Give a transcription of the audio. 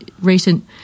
recent